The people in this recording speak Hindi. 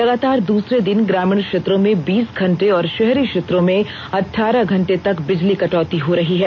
लगातार द्रसरे दिन ग्रामीण क्षेत्रों में बीस घंटे और षहरी क्षेत्रों में अठारह घंटे तक बिजली कटौती हो रही है